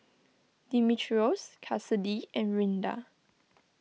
Dimitrios Kassidy and Rinda